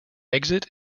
exit